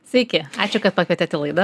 sveiki ačiū kad pakvietėt į laidą